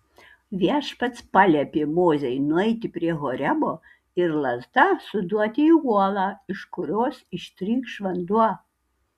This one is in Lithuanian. viešpats paliepė mozei nueiti prie horebo ir lazda suduoti į uolą iš kurios ištrykš vanduo